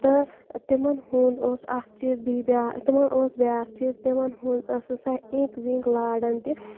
تہٕ تِمَن ہُنٛد اوس اَکھ چیٖز بیٚیہِ بیٛا تِمَن اوس بیٛاکھ چیٖز تِمَن ہُنٛد ٲس نہٕ سۄ اِنٛک وِنٛک لاران تہِ